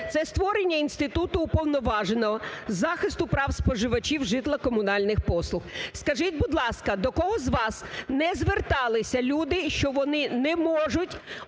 Це створення інституту уповноваженого захисту прав споживачів житло-комунальних послуг. Скажіть, будь ласка, до кого з вас не зверталися люди, що вони не можуть